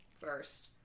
first